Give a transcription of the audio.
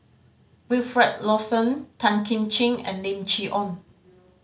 Wilfed Lawson Tan Kim Ching and Lim Chee Onn